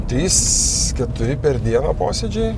trys keturi per dieną posėdžiai